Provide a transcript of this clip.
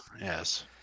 Yes